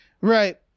Right